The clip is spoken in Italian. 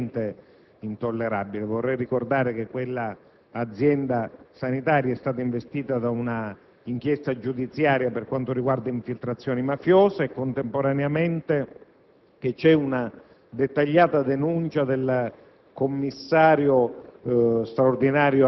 e per fare il punto su una situazione evidentemente intollerabile. Vorrei ricordare che quell'azienda sanitaria è stata investita da una inchiesta giudiziaria su infiltrazioni mafiose e che su quella